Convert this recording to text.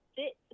sit